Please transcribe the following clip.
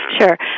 Sure